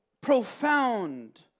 profound